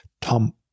Tom